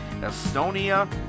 Estonia